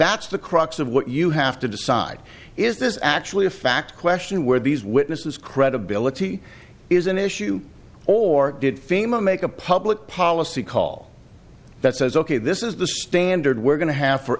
that's the crux of what you have to decide is this actually a fact question where these witnesses credibility is an issue or did fema make a public policy call that says ok this is the standard we're going to have for